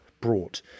brought